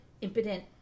impotent